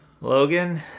Logan